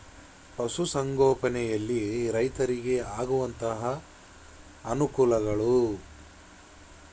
ಪಶುಸಂಗೋಪನೆಯಲ್ಲಿ ರೈತರಿಗೆ ಆಗುವಂತಹ ಅನುಕೂಲಗಳು?